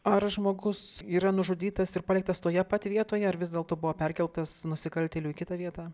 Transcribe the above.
ar žmogus yra nužudytas ir paliktas toje pat vietoje ar vis dėlto buvo perkeltas nusikaltėlių į kitą vietą